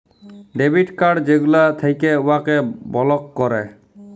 debit card যেগলা থ্যাকে উয়াকে বলক ক্যরে